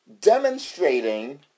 demonstrating